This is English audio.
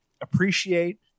appreciate